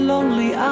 Lonely